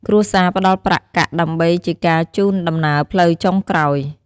គ្រួសារផ្ដល់ប្រាក់កាក់ដើម្បីជាការជូនដំណើរផ្លូវចុងក្រោយ។